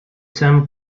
term